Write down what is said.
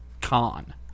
Con